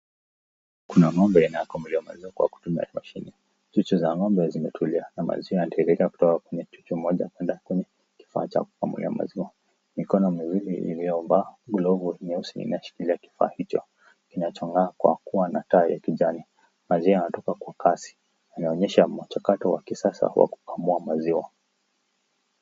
Kuna ng'ombe inakamuliwa maziwa kwa kutumia mashine. Chuchu za ng'ombe zimetulia na maziwa yanateremka kutoka kwenye chuchu moja kwenda kwenye kifaa cha kukamulia maziwa. Mikono miwili iliyovaa glovu nyeusi inashikilia kifaa hicho kinachong'aa kwa kuwa na taa ya kijani. Maziwa yanatoka kwa kasi yanaonyesha mchakato wa kisasa wa kukamua maziwa.